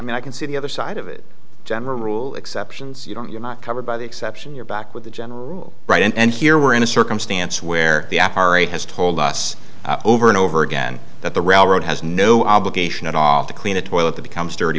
mean i can see the other side of it general rule exceptions you're not covered by the exception you're back with the general right and here we're in a circumstance where the app already has told us over and over again that the railroad has no obligation at all to clean a toilet the becomes dirty